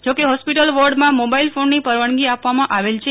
જો કે હોસ્પિટલ વોર્ડમા મોબાઇલ ફોનની પરવાનગી આપવામાં આવેલ છે